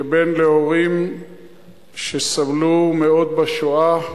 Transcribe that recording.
כבן להורים שסבלו מאוד בשואה,